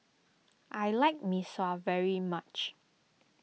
I like Mee Sua very much